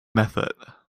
method